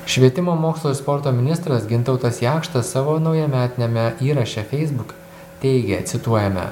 švietimo mokslo ir sporto ministras gintautas jakštas savo naujametiniame įraše feisbuk teigia cituojame